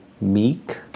meek